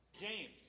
James